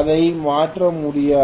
அதை மாற்ற முடியாது